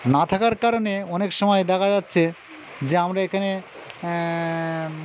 না থাকার কারণে অনেক সময় দেখা যাচ্ছে যে আমরা এখানে